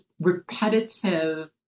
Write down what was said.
repetitive